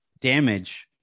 damage